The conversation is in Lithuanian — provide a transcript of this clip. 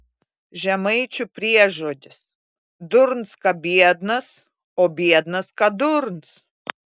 žemaičių priežodis durns ką biednas o biednas ką durns